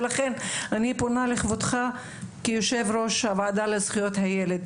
ולכן אני פונה לכבודך כיושב ראש הוועדה לזכויות הילד,